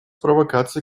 провокации